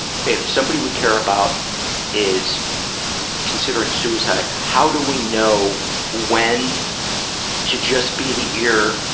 if somebody we care about is considering suicide, how do we know when to just be the ear,